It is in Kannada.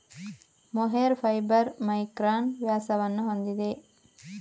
ಮೊಹೇರ್ ಫೈಬರ್ ಮೈಕ್ರಾನ್ ವ್ಯಾಸವನ್ನು ಹೊಂದಿದೆ